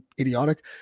idiotic